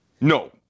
No